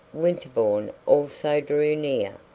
winterbourne also drew near.